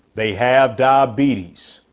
they have diabetes.